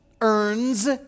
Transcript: earns